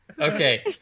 Okay